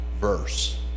verse